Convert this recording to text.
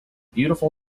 beautiful